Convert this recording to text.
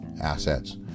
assets